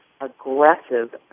aggressive